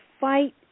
fight